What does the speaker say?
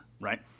right